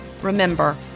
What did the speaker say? Remember